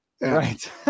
Right